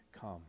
come